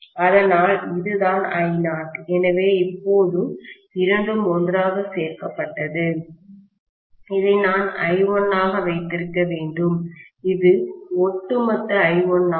அதனால் இது தான் I0 எனவே இப்போது இரண்டும் ஒன்றாக சேர்க்கப்பட்டது இதை நான் I1 ஆக வைத்திருக்க வேண்டும் இது ஒட்டுமொத்த I1 ஆகும்